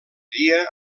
dia